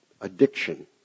addiction